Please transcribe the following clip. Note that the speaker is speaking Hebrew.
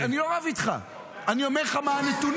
ואטורי, אני לא רב איתך, אני אומר לך מה הנתונים.